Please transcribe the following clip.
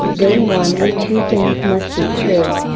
then one of two things must be true.